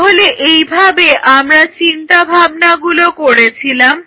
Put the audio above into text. তাহলে এইভাবে আমরা চিন্তাভাবনাগুলো করেছিলাম